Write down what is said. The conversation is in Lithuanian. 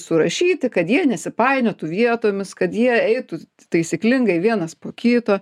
surašyti kad jie nesipainiotų vietomis kad jie eitų taisyklingai vienas po kito